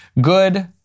Good